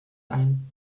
ein